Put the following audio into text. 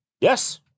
yes